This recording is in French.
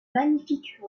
magnifiques